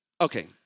Okay